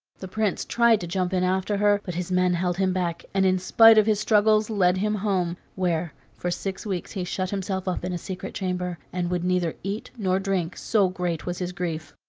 the prince tried to jump in after her, but his men held him back, and in spite of his struggles led him home, where for six weeks he shut himself up in a secret chamber, and would neither eat nor drink, so great was his grief.